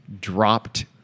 dropped